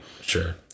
Sure